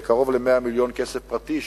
80 מיליון כסף ממשלתי וקרוב ל-100 מיליון כסף פרטי,